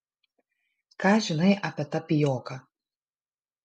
ką žinai apie tapijoką